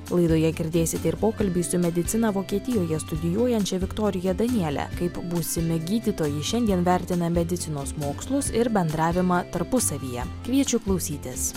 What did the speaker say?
laidoje girdėsite ir pokalbį su mediciną vokietijoje studijuojančią viktoriją danielę kaip būsimi gydytojai šiandien vertina medicinos mokslus ir bendravimą tarpusavyje kviečiu klausytis